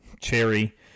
cherry